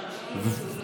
טעות שלי.